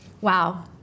Wow